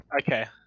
Okay